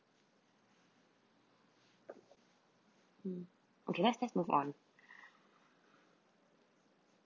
mm okay let's let's move on